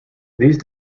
these